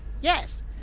Yes